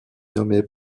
nommé